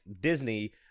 Disney